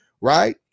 right